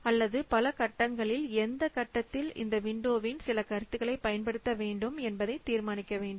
அல்லது பல கட்டங்களில் எந்த கட்டத்தில் இந்த விண்டோவின் சில கருத்துக்களை பயன்படுத்த வேண்டும் என்பதை தீர்மானிக்க வேண்டும்